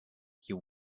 you